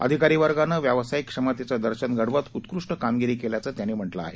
अधिकारी वर्गानं व्यावसायिक क्षमतेचं दर्शन घडवत उत्कृष्ट कामगिरी केल्याचं त्यांनी म्हटलं आहे